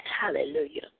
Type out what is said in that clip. Hallelujah